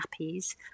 nappies